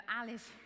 Alice